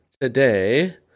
today